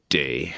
day